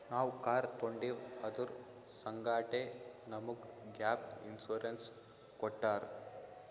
ನಾವ್ ಕಾರ್ ತೊಂಡಿವ್ ಅದುರ್ ಸಂಗಾಟೆ ನಮುಗ್ ಗ್ಯಾಪ್ ಇನ್ಸೂರೆನ್ಸ್ ಕೊಟ್ಟಾರ್